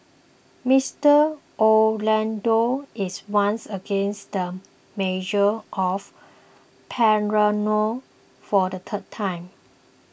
Mister Orlando is once again the mayor of Palermo for the third time